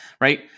right